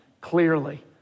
clearly